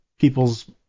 people's